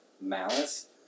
malice